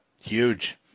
Huge